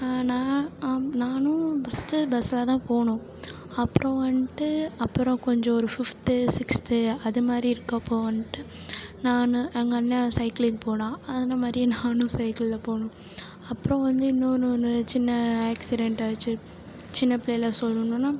நான் நானும் ஃபர்ஸ்ட்டு பஸ்ஸில் தான் போனோம் அப்புறம் வந்துட்டு அப்புறம் கொஞ்சம் ஒரு ஃபிஃப்த்து சிக்ஸ்த்து அது மாதிரி இருக்கறப்போ வந்துட்டு நான் எங்கள் அண்ணன் சைக்கிளிங் போனான் அவனை மாதிரியே நானும் சைக்கிளில் போனோம் அப்புறம் வந்து இன்னோன்று ஒன்று சின்ன ஆக்சிடென்ட் ஆச்சு சின்னப் பிள்ளையில் சொல்லணுன்னா